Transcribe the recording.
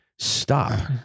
Stop